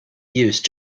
use